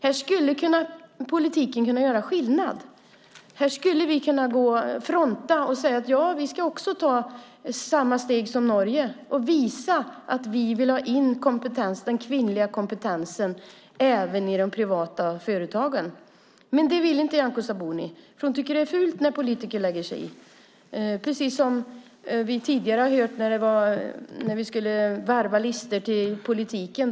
Här skulle politiken kunna göra skillnad. Här skulle vi kunna fronta och säga: Vi ska ta samma steg som Norge. Vi ska visa att vi vill ha in den kvinnliga kompetensen även i de privata företagen! Men det vill inte Nyamko Sabuni, för hon tycker att det är fult när politiker lägger sig i. Det är precis samma sak som vi tidigare hörde när vi skulle varva listor i politiken.